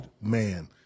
man